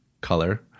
color